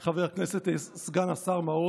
חבר הכנסת סגן השר מעוז.